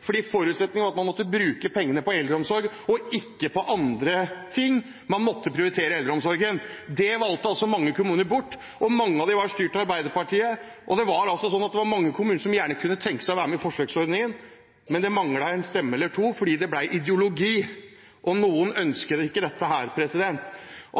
fordi forutsetningen var at man måtte bruke pengene på eldreomsorg og ikke på andre ting – man måtte prioritere eldreomsorgen. Det valgte mange kommuner bort, og mange av dem er styrt av Arbeiderpartiet. Det var mange kommuner som kunne tenke seg å være med i forsøksordningen, men det manglet en stemme eller to fordi det ble ideologi og at noen ikke ønsket dette.